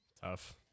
Tough